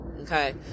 okay